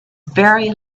very